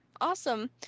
Awesome